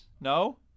no